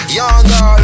younger